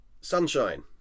Sunshine